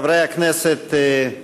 חברי הכנסת,